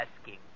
asking